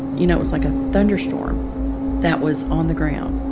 you know, it was like a thunderstorm that was on the ground.